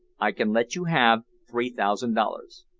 i can let you have three thousand dollars.